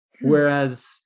Whereas